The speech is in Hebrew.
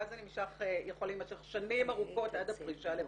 ואז זה יכול להימשך שנים ארוכות עד הפרישה לפנסיה.